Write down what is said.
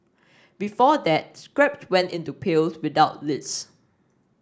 before that scrap went into pails without lids